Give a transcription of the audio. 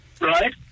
right